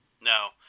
No